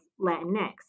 Latinx